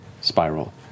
spiral